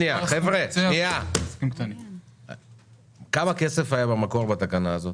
כמה כסף היה במקור בתקנה הזאת?